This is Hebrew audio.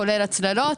כולל הצללות,